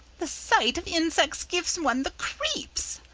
the sight of insects gives one the creeps!